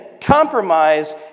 compromise